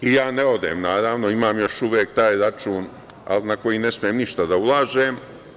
I, ja ne odem, naravno, imam još uvek taj račun, ali na koji ne smem ništa da ulažem.